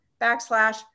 backslash